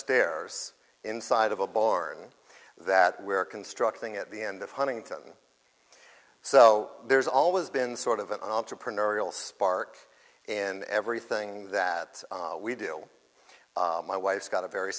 stairs inside of a barn that we're constructing at the end of huntington so there's always been sort of an entrepreneurial spark in everything that we do my wife's got a very